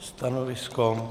Stanovisko?